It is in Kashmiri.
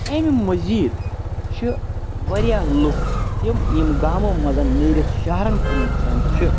امہِ مٔزیٖد چھِ واریاہ لُکھ تِم یِم گامو منٛز نیٖرِتھ شَہرَن کُن گژھان چھِ